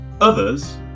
others